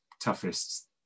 toughest